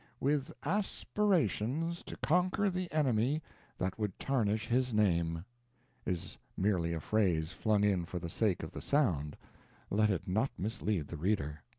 with aspirations to conquer the enemy that would tarnish his name is merely a phrase flung in for the sake of the sound let it not mislead the reader.